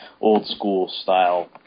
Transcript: old-school-style